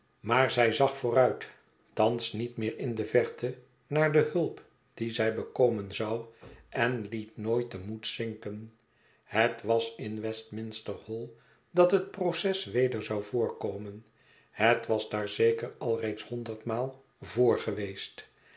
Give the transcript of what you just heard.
maar zij zag vooruit thans niet meer in de verte naar de hulp die zij bekomen zou en liet nooit den moed zinken het was in westminster hall dat het proces weder zou voorkomen het was daar zeker al reeds hondermaal vr geweest